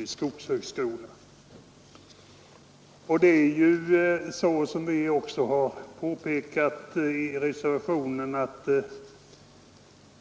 I reservationen har vi också påpekat att den undervisning som är förknippad